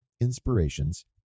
inspirations